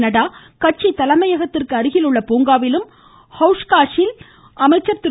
நட்டா கட்சி தலைமையகத்திற்கு அருகில் உள்ள பூங்காவிலும் ஹவுஸ்காசில் அமைச்சர் திரு